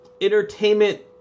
Entertainment